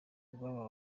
rw’aba